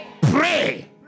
Pray